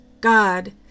God